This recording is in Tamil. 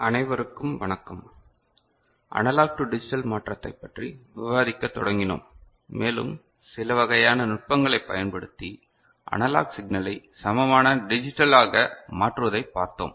அனைவருக்கும் வணக்கம் அனலாக் டு டிஜிட்டல் மாற்றத்தைப் பற்றி விவாதிக்கத் தொடங்கினோம் மேலும் சில வகையான நுட்பங்களை பயன்படுத்தி அனலாக் சிக்னலை சமமான டிஜிட்டலாக மாற்றுவதை பார்த்தோம்